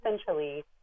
Essentially